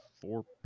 four